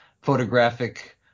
photographic